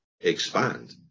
expand